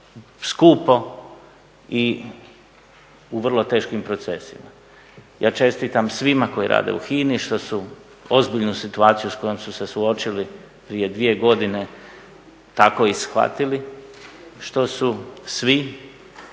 skupo i u vrlo teškim procesima. Ja čestitam svima koji rade u HINA-i što su ozbiljnu situaciju s kojom su se suočili prije dvije godine tako i shvatili, što su svi